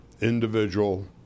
individual